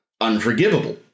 unforgivable